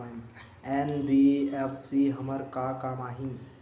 NBFC हमर का काम आही?